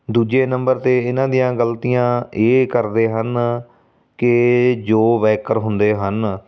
ਦੂਜੇ ਨੰਬਰ 'ਤੇ ਇਹਨਾਂ ਦੀਆਂ ਗਲਤੀਆਂ ਇਹ ਕਰਦੇ ਹਨ ਕਿ ਜੋ ਬਾਇਕਰ ਹੁੰਦੇ ਹਨ